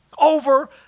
over